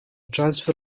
transfer